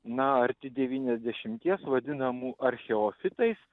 na arti devyniasdešimties vadinamų archeofitais